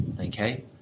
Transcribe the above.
okay